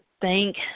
thank